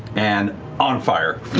and on fire.